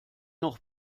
noch